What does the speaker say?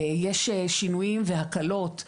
יש שינויים והקלות משמעותיים,